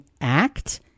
act